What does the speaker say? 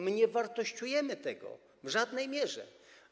My nie wartościujemy tego, w żadnej mierze.